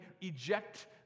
eject